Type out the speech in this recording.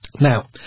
Now